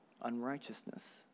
unrighteousness